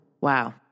Wow